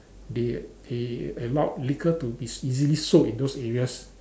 they they allowed liquor to be easily sold in those areas